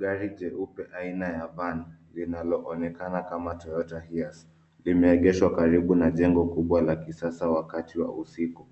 Gari jeupe aina ya van linaonekana kama Toyota Hiace. Limeegeshwa karibu na jengo kubwa la kisasa wakati wa usiku.